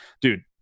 dude